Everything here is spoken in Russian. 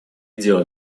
дело